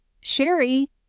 Sherry